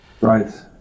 Right